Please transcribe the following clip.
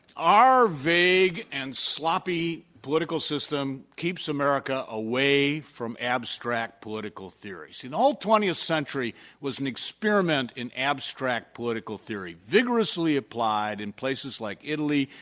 our vague and sloppy political system keeps america away from abstract political theories. in all twentieth century was an experiment in abstract political theory, vigorously applied in places like italy,